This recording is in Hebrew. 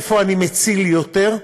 איפה אני מציל יותר,